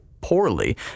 poorly